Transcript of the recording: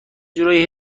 جورایی